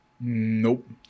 Nope